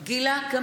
(קוראת בשמות חברות הכנסת) גילה גמליאל,